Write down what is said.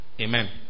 amen